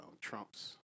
Trump's